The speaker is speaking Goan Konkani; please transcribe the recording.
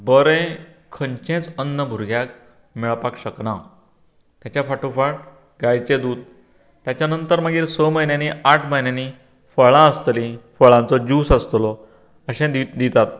बरें खंयचेच अन्न भुरग्याक मेळपाक शकना तेच्या फाटोफाट गायचे दूद ताच्या नंतर मागीर स म्हयन्यांनी आठ म्हयन्यांनी फळां आसतली फळांचो ज्युस आसतलो अशें दित दिता